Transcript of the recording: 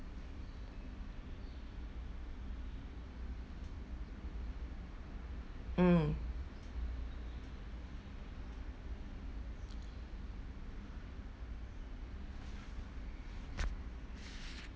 mm